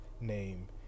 name